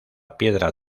piedra